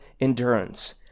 endurance